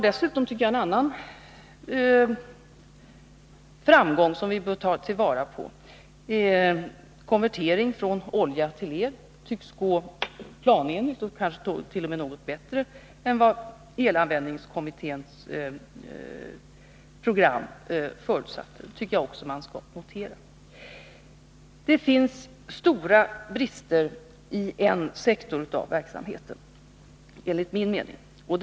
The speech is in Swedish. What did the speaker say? Dessutom tycker jag att vi har en annan framgång som vi bör ta vara på: Nr 102 konverteringen från olja till el tycks gå planenligt och t.o.m. något bättre än Fredagen den vad elanvändningskommitténs program förutsatt. Det tycker jag också att vi 19 mars 1982 skall notera. Det finns enligt min mening stora brister i en sektor av verksamheten.